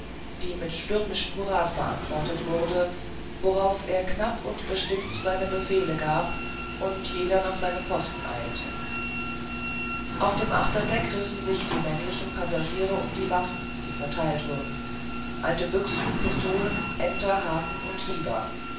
die mit stürmischen hurras beantwortet wurde worauf er knapp und bestimmt seine befehle gab und jeder nach seinem posten eilte auf dem achterdeck rissen sich die männlichen passagiere um die waffen die verteilt wurden alte büchsen pistolen enterhaken und hieber